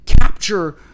capture